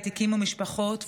הקימו משפחות,